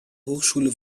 hochschule